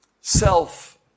self